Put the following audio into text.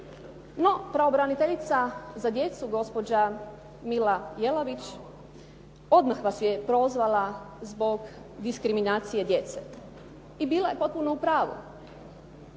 No, pravobraniteljica za djecu, gospođa Mila Jelavić, odmah vas je prozvala zbog diskriminacije djece i bila je potpuno u pravu.